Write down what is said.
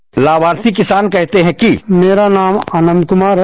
bite लाभार्थी किसान कहते हैं कि मेरा नाम आनंद कुमार है